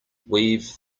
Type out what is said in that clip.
weave